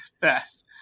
fast